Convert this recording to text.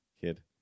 kid